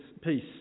Peace